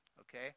okay